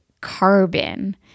carbon